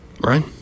Right